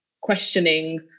questioning